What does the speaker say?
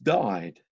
died